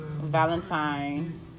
valentine